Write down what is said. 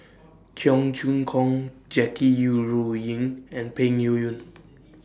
Cheong Choong Kong Jackie YOU Ru Ying and Peng Niuyun